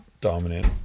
dominant